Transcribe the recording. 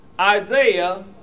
Isaiah